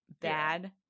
bad